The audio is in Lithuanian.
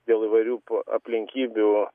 dėl įvairių aplinkybių